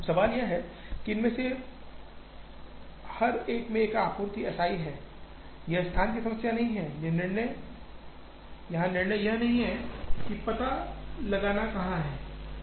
अब सवाल यह है कि इनमें से हर एक में एक आपूर्ति S i है यह स्थान की समस्या नहीं है यहां निर्णय यह नहीं है कि पता लगाना कहां है